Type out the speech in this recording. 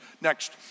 Next